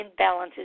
imbalances